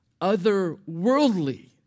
otherworldly